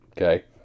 okay